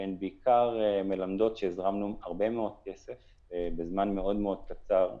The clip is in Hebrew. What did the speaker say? והן בעיקר מלמדות שהזרמנו הרבה מאוד כסף לעסקים בזמן מאוד מאוד קצר,